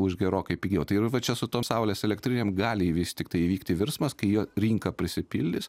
už gerokai pigiau tai ir va čia su tom saulės elektrinėm gali vis tiktai įvykti virsmas kai jo rinka prisipildys